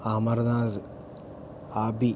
Amarnath Abi